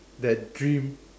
that dream